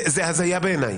זו הזיה בעיניי.